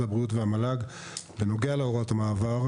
הבריאות והמל"ג בנוגע להוראות המעבר,